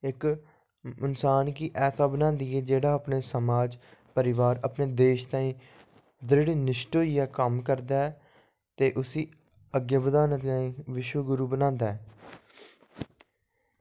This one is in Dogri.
इक्क इन्सान गी ऐसा बनांदी ऐ जेह्ड़ा अपने समाज परिवार अपने देश ताहीं जेह्ड़ा निशष्चय होइयै कम्म करदा ऐ ते उसी अग्गें बधानै ताहीं यीशू गुरु बनांदा